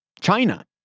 China